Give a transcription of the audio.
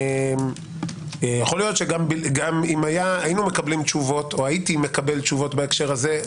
יכול להיות שהייתי מקבל תשובות בהקשר הזה,